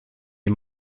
est